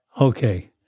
Okay